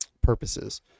purposes